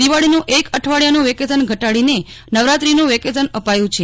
દિવાળીનું એક અઠવાડિયું વેકેશન ઘટાડીને નવરાત્રીનું વેકેશન આપ્યું છે